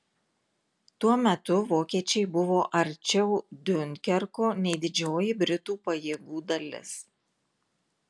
tuo metu vokiečiai buvo arčiau diunkerko nei didžioji britų pajėgų dalis